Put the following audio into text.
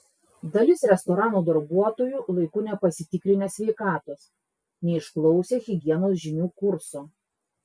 dalis restorano darbuotojų laiku nepasitikrinę sveikatos neišklausę higienos žinių kurso